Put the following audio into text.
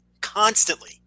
constantly